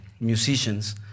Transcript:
musicians